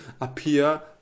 appear